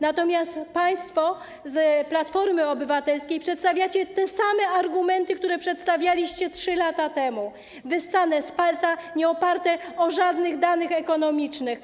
Natomiast państwo z Platformy Obywatelskiej przedstawiacie te same argumenty, które przestawialiście 3 lata temu, wyssane z palca, które nie są oparte na żadnych danych ekonomicznych.